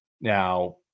Now